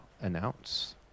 announce